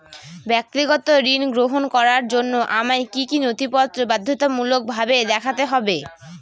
ব্যক্তিগত ঋণ গ্রহণ করার জন্য আমায় কি কী নথিপত্র বাধ্যতামূলকভাবে দেখাতে হবে?